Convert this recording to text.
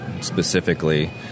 specifically